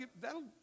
that'll